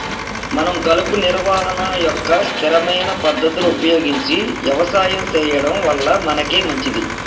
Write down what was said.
మనం కలుపు నిర్వహణ యొక్క స్థిరమైన పద్ధతులు ఉపయోగించి యవసాయం సెయ్యడం వల్ల మనకే మంచింది